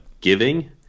giving